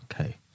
Okay